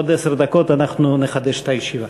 עוד עשר דקות אנחנו נחדש את הישיבה.